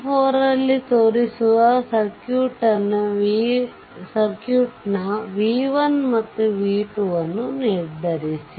4 ರಲ್ಲಿ ತೋರಿಸಿರುವ ಸರ್ಕ್ಯೂಟ್ನ v1 ಮತ್ತು v2 ಅನ್ನು ನಿರ್ಧರಿಸಿ